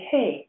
Hey